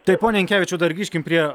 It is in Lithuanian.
tai pone inkevičiau dar grįžkim prie